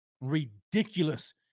ridiculous